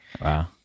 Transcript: Wow